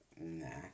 nah